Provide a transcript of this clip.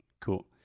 cool